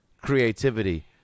creativity